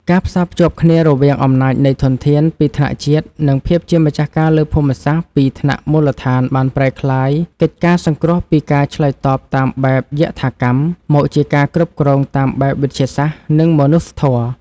ការផ្សារភ្ជាប់គ្នារវាង អំណាចនៃធនធាន ពីថ្នាក់ជាតិ និងភាពម្ចាស់ការលើភូមិសាស្ត្រ ពីថ្នាក់មូលដ្ឋានបានប្រែក្លាយកិច្ចការសង្គ្រោះពីការឆ្លើយតបតាមបែបយថាកម្ម មកជាការគ្រប់គ្រងតាមបែបវិទ្យាសាស្ត្រ និងមនុស្សធម៌។